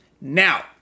Now